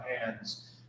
hands